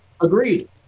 Agreed